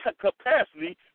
capacity